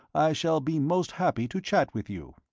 i shall be most happy to chat with you.